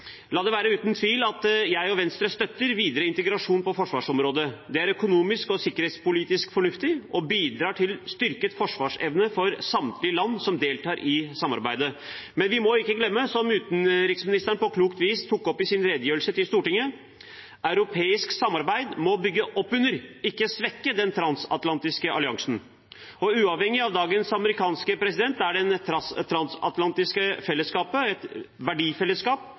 la det ikke være noen tvil om at jeg og Venstre støtter videre integrasjon på forsvarsområdet. Det er økonomisk og sikkerhetspolitisk fornuftig og bidrar til styrket forsvarsevne for samtlige land som deltar i samarbeidet. Men vi må ikke glemme – som utenriksministeren på klokt vis tok opp i sin redegjørelse til Stortinget – at europeisk samarbeid må bygge opp under, ikke svekke, den transatlantiske alliansen. Uavhengig av dagens amerikanske president er det transatlantiske fellesskapet et verdifellesskap